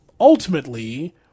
ultimately